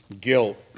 guilt